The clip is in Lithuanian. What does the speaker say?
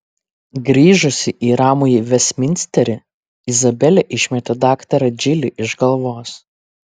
grįžusi į ramųjį vestminsterį izabelė išmetė daktarą džilį iš galvos